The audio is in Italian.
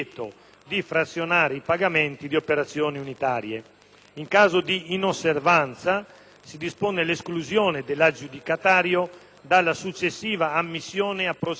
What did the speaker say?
In caso di inosservanza, si dispone l'esclusione dell'aggiudicatario dalla successiva ammissione a procedure ristrette della medesima stazione appaltante,